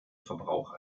verbrauch